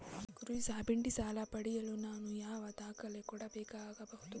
ಕೃಷಿ ಸಬ್ಸಿಡಿ ಸಾಲ ಪಡೆಯಲು ನಾನು ಯಾವ ದಾಖಲೆ ಕೊಡಬೇಕಾಗಬಹುದು?